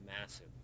massive